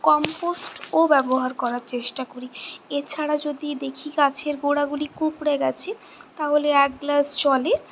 কম্পোস্টও ব্যবহার করার চেষ্টা করি এছাড়া যদি দেখি গাছের গোঁড়াগুলি কুঁকড়ে গেছে তাহলে এক গ্লাস জলে